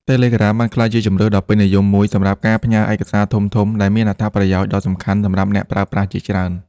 Telegram បានក្លាយជាជម្រើសដ៏ពេញនិយមមួយសម្រាប់ការផ្ញើឯកសារធំៗ ដែលជាអត្ថប្រយោជន៍ដ៏សំខាន់សម្រាប់អ្នកប្រើប្រាស់ជាច្រើន។